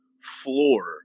floor